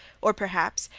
or, perhaps,